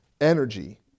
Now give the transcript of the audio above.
energy